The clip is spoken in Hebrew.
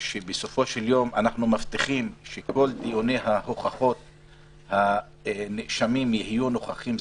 שבסופו של יום אנחנו מבטיחים שבכל דיוני ההוכחות הנאשמים יהיו נוכחים.